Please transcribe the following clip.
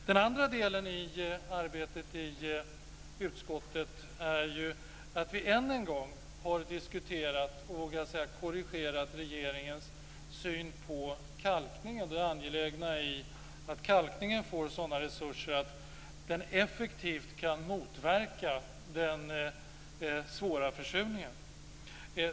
Den andra delen i arbetet i utskottet är att vi än en gång har diskuterat och korrigerat regeringens syn på kalkningen och det angelägna i att man får sådana resurser till kalkningen att den effektivt kan motverka den svåra försurningen.